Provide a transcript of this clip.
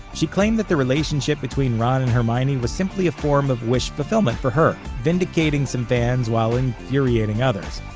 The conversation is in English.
she claimed that the relationship between ron and hermione was simply a form of wish fulfillment for her, vindicating some fans while infuriating others.